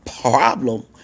problem